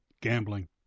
gambling